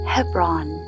Hebron